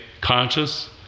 conscious